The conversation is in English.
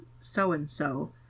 so-and-so